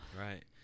right